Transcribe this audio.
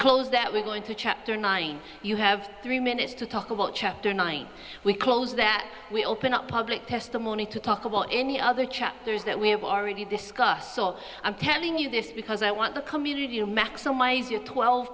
close that we're going to chapter nine you have three minutes to talk about chapter nine we close that we open up public testimony to talk about any other chapters that we have already discussed so i'm telling you this because i want the community to maximize your twelve